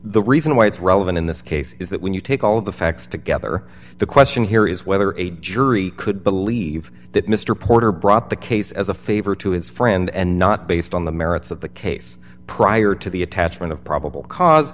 the reason why it's relevant in this case is that when you take all of the facts together the question here is whether a jury could believe that mr porter brought the case as a favor to his friend and not based on the merits of the case prior to the attachment of probable cause